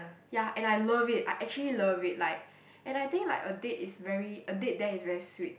ya and I love it I actually love it like and I think like a date is very a date there is very sweet